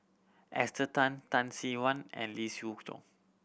Esther Tan Tan Sin Aun and Lee Siew Choh